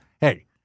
hey